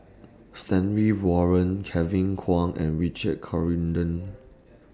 Stanley Warren Kevin Kwan and Richard Corridon